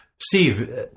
Steve